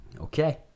Okay